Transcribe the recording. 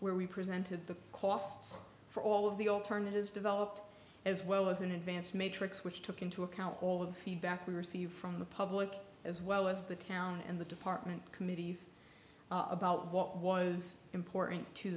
where we presented the costs for all of the alternatives developed as well as an advance matrix which took into account all the feedback we received from the public as well as the town and the department committees about what was important to